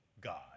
God